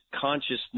consciousness